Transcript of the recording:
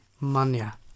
Mania